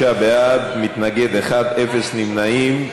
26 בעד, מתנגד אחד, אין נמנעים.